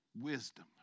wisdom